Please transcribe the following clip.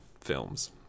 films